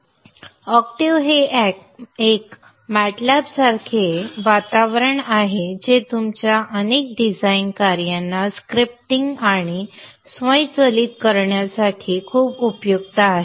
octave हे एक MATLAB सारखे वातावरण आहे जे तुमच्या अनेक डिझाइन कार्यांना स्क्रिप्टिंग आणि स्वयंचलित करण्यासाठी खूप उपयुक्त आहे